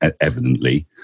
evidently